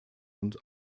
und